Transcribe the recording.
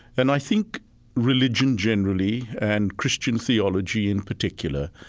and i think religion generally, and christian theology in particular,